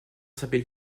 s’appelle